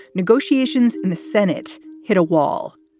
negotiations in the senate hit a wall.